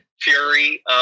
Fury